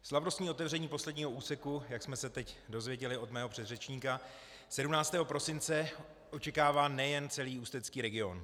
Slavnostní otevření posledního úseku, jak jsme se teď dozvěděli od mého předřečníka 17. prosince, očekává nejen celý ústecký region.